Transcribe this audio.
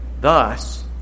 Thus